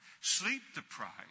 sleep-deprived